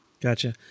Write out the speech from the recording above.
Gotcha